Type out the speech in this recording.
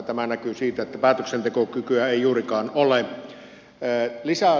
tämä näkyy siitä että päätöksentekokykyä ei juurikaan ole